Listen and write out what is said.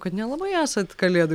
kad nelabai esat kalėdų